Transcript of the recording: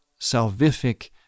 salvific